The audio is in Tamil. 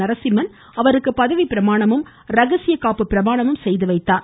நரசிம்மன் அவருக்கு பதவிப்பிரமாணமும் ரகசியக்காப்பு பிரமாணமும் செய்துவைத்தார்